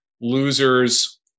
losers